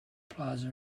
plaza